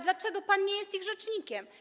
Dlaczego pan nie jest ich rzecznikiem?